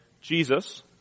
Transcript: Jesus